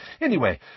Anyway